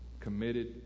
Committed